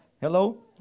Hello